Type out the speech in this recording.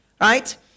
right